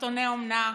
משפחתוני אומנה,